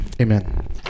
Amen